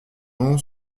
ont